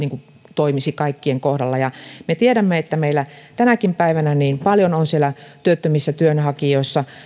toimisi kaikkien kohdalla me tiedämme että meillä tänäkin päivänä paljon on siellä työttömissä työnhakijoissa